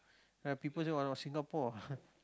ah people say what ah Singapore